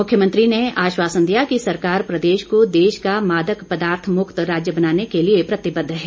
मुख्यमंत्री ने आश्वासन दिया कि सरकार प्रदेश को देश का मादक पदार्थ मुक्त राज्य बनाने के लिए प्रतिबद्ध है